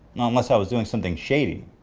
not unless i was doing something shady.